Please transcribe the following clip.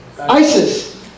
ISIS